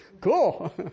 Cool